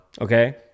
Okay